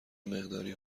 مقداری